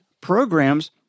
programs